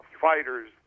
fighters